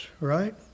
right